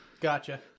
Gotcha